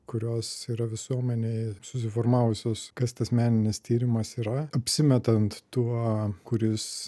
kurios yra visuomenėj susiformavusios kas tas meninis tyrimas yra apsimetant tuo kuris